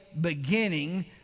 beginning